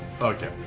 Okay